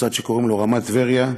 מוסד שקוראים לו רמת טבריה,